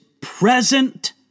present